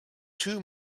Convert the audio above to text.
two